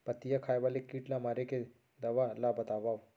पत्तियां खाए वाले किट ला मारे के दवा ला बतावव?